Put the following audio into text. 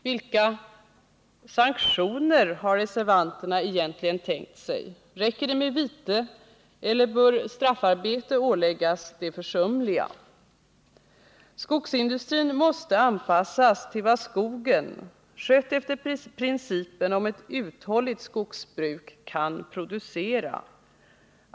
Vilka sanktioner har reservanterna egentligen tänkt sig? Räcker det med vite eller bör straffarbete åläggas de försumliga? Skogsindustrin måste anpassas till vad skogen, skött efter principen om ett uthålligt skogsbruk, kan producera.